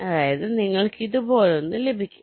അതായത് നിങ്ങൾക്ക് ഇതുപോലൊന്ന് ലഭിക്കും